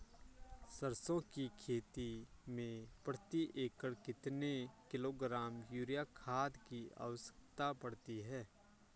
सरसों की खेती में प्रति एकड़ कितने किलोग्राम यूरिया खाद की आवश्यकता पड़ती है?